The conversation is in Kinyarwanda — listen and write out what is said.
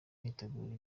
imyiteguro